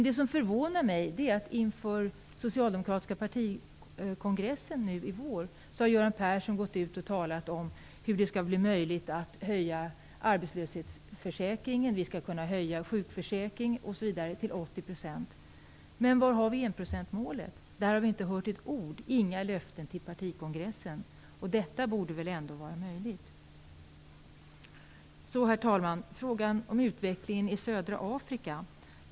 Det som förvånar mig är att Göran Persson inför den socialdemokratiska partikongressen i vår har gått ut och talat om hur det skall bli möjligt att höja arbetslöshetsförsäkringen. Vi skall kunna höja sjukförsäkring osv. till 80 %. Men var har vi enprocentsmålet? Vi har inte hört ett ord om det. Det har inte givits några löften till partikongressen. Detta borde väl ändå vara möjligt? Så, herr talman, till frågan om utvecklingen i södra Afrika.